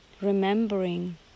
remembering